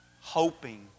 hoping